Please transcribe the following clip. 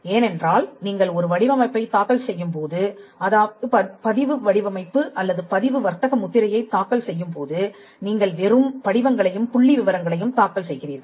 ஏனென்றால் நீங்கள் ஒரு வடிவமைப்பைத் தாக்கல் செய்யும்போது அதாவது பதிவு வடிவமைப்பு அல்லது பதிவு வர்த்தக முத்திரையைத் தாக்கல் செய்யும்போது நீங்கள் வெறும் படிவங்களையும் புள்ளிவிவரங்களையும் தாக்கல் செய்கிறீர்கள்